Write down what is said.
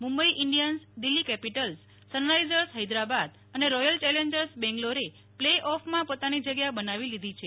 Mumbai Indians Delhi Capitals Sunrisers Hyderabad અને Royal Challengers બેંગલોરે પ્લે ઓફમાં પોતાની જગ્યા બનાવી લીધી છે